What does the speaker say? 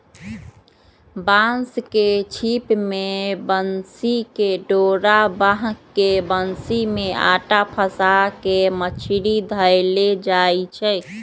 बांस के छिप में बन्सी कें डोरा बान्ह् के बन्सि में अटा फसा के मछरि धएले जाइ छै